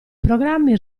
programmi